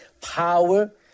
power